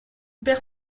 père